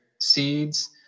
seeds